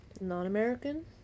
non-American